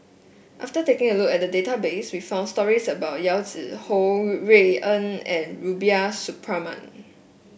after taking a look at the database we found stories about Yao Zi Ho Rui An and Rubiah Suparman